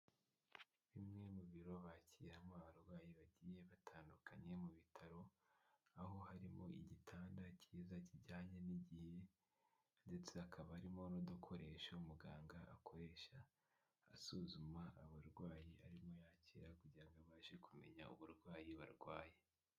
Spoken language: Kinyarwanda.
Bimwe mu biro bakiriramo abarwayi bagiye batandukanye mu bitaro aho harimo igitanda cyiza kijyanye n'igihe ndetse hakaba harimo n'udukoresho muganga akoresha asuzuma abarwayi arimo yakira kugira abashe kumenya uburwayi barwaye.